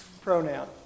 pronoun